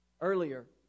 Earlier